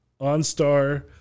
OnStar